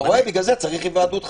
אתה רואה, בגלל זה צריך היוועדות חזותית.